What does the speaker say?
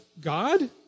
God